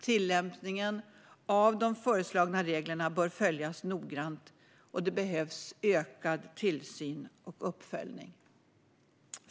Tillämpningen av de föreslagna reglerna bör följas noggrant, och det behövs ökad tillsyn och uppföljning.